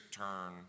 turn